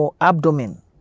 abdomen